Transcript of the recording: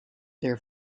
there